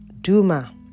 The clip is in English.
Duma